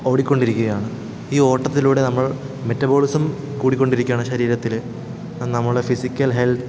ഓടിക്കൊണ്ടിരിക്കുകയാണ് ഈ ഓട്ടത്തിലൂടെ നമ്മൾ മെറ്റബോളിസം കൂടിക്കൊണ്ടിരിക്കയാണ് ശരീരത്തിൽ അത് നമ്മളുടെ ഫിസിക്കൽ ഹെൽത്ത്